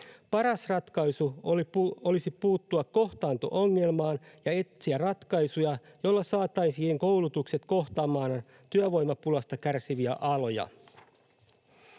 Paras ratkaisu olisi puuttua kohtaanto-ongelmaan ja etsiä ratkaisuja, joilla saataisiin koulutukset kohtaamaan työvoimapulasta kärsiviä aloja.